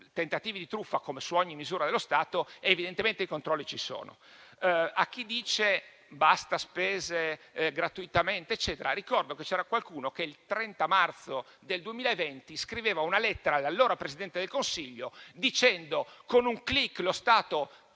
tentativi di truffa come su ogni misura dello Stato, evidentemente i controlli ci sono. A chi dice basta spese gratuite, ricordo che c'era qualcuno che il 30 marzo 2020 scriveva una lettera all'allora Presidente del Consiglio dicendo che con un *click* molto